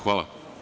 Hvala.